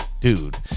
dude